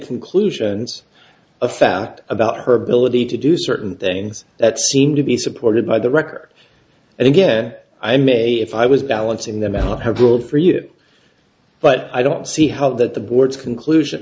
conclusions a fact about her ability to do certain things that seem to be supported by the record and again i may if i was balancing them have her vote for you but i don't see how that the board's conclusion